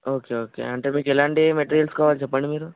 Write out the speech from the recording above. okay okay అంటే మీకు ఎలాంటి మెటీరియల్స్ కావాలో చెప్పండి మీరు